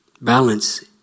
Balance